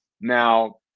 Now